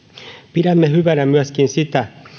pidämme hyvänä myöskin sitä